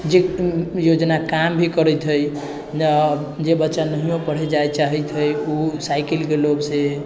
जे योजना काम भी करैत हइ जे बच्चा नहिओ पढ़ऽ जाइत चाहै हइ ओ साइकिलके लोभसँ